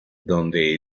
donde